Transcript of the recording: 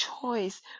choice